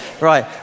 Right